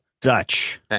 Dutch